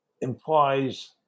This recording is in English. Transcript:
implies